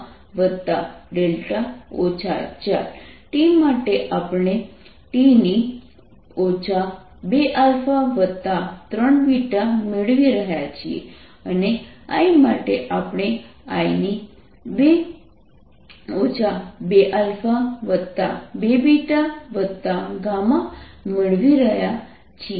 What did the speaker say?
T માટે આપણે T 2α3β મેળવી રહ્યા છીએ અને I માટે I 2α2βγ મેળવી રહ્યા છીએ